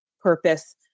purpose